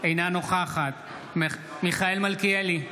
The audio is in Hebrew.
אינה נוכחת מיכאל מלכיאלי,